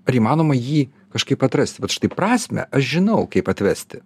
ar įmanoma jį kažkaip atrasti vat štai prasmę aš žinau kaip atvesti